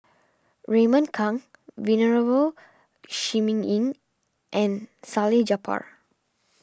Raymond Kang Venerable Shi Ming Yi and Salleh Japar